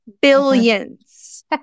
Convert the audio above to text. billions